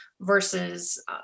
versus